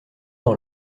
dans